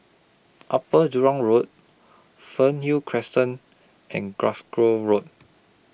Upper Jurong Road Fernhill Crescent and Glasgow Road